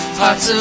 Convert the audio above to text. hearts